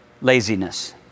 Laziness